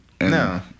No